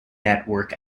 network